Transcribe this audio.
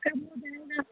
कब हो जाएगा